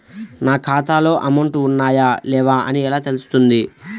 నా ఖాతాలో అమౌంట్ ఉన్నాయా లేవా అని ఎలా తెలుస్తుంది?